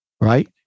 Right